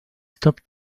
stop